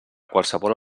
qualsevol